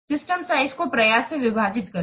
system size को प्रयास से विभाजित करके